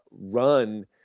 run